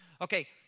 Okay